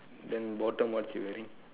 then bottom what she wearing